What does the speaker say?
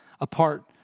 apart